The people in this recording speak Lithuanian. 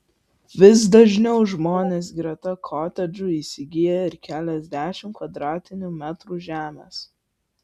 vis dažniau žmonės greta kotedžų įsigyja ir keliasdešimt kvadratinių metrų žemės